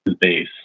base